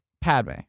Padme